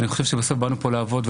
בסוף באנו לפה לעבוד,